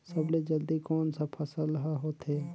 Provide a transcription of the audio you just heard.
सबले जल्दी कोन सा फसल ह होथे?